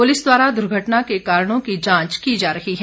police द्वारा दुर्घटना के कारणों की जांच की जा रही है